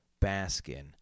Baskin